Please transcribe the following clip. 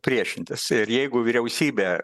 priešintis ir jeigu vyriausybė